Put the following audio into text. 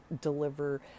deliver